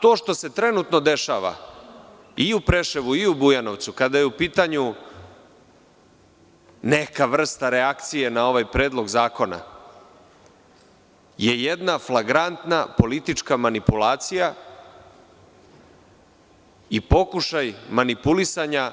To što se trenutno dešava i u Preševu, i u Bujanovcu kada je u pitanju, neka vrsta reakcije na ovaj predlog zakona, je jedna flagrantna politička manipulcija i pokušaj manipulisanja,